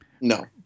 No